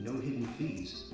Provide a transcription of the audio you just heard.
hidden fees,